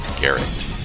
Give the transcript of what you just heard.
Garrett